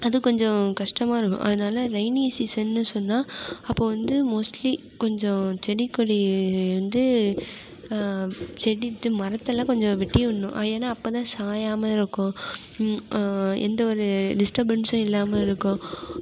அது கொஞ்சம் கஷ்டமாக இருக்கும் அதனால் ரெய்னி சீசன்னு சொன்னால் அப்போது வந்து மோஸ்ட்லி கொஞ்சம் செடி கொடி வந்து செடி மரத்தெல்லாம் கொஞ்சம் வெட்டி விடணும் ஏன்னால் அப்போ தான் சாயாமல் இருக்கும் எந்த ஒரு டிஸ்டபென்ஸ்சும் இல்லாமல் இருக்கும்